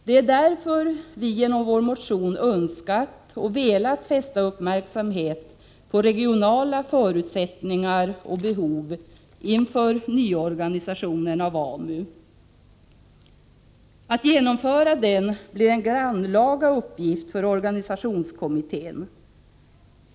Det är därför vi genom vår motion önskat och velat fästa uppmärksamhet på regionala förutsättningar och behov inför nyorganisationen av AMU. Att genomföra den blir en grannlaga uppgift för organisationskommittén.